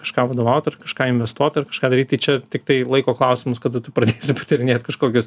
kažką vadovaut ar kažką investuot ar kažką daryt čia tiktai laiko klausimas kada tu pradėsi patyrinėt kažkokias